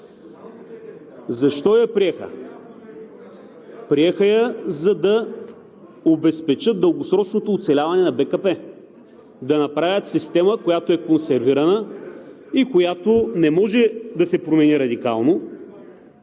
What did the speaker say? Защо я приеха? Приеха я, за да обезпечат дългосрочното оцеляване на БКП, да направят система, която е консервирана и която не може да се промени радикално,